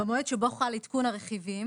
"במועד שבו חל עדכון הרכיבים